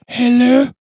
Hello